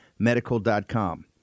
Medical.com